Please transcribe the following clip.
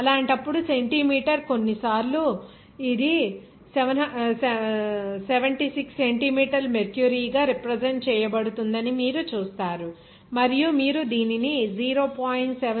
అలాంటప్పుడు సెంటీమీటర్ కొన్నిసార్లు ఇది 76 సెంటీమీటర్ల మెర్క్యూరీ గా రిప్రజెంట్ చేయబడుతుందని మీరు చూస్తారు మరియు మీరు దానిని 0